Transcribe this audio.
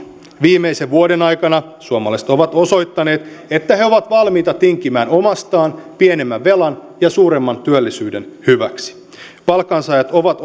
viimeisen vuoden aikana suomalaiset ovat osoittaneet että he he ovat valmiita tinkimään omastaan pienemmän velan ja suuremman työllisyyden hyväksi palkansaajat ovat